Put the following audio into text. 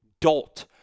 dolt